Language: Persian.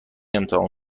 امتحان